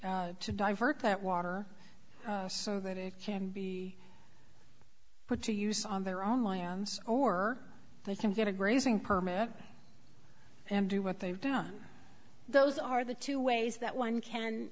to divert that water so that it can be put to use on their own lands or they can get a grazing permit and do what they've done those are the two ways that one can